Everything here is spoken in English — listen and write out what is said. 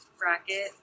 bracket